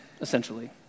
essentially